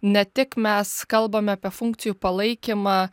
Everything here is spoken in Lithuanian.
ne tik mes kalbam apie funkcijų palaikymą